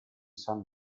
san